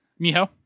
Miho